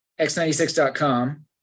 x96.com